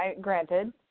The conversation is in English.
granted